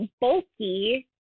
bulky